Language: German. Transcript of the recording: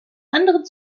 anderen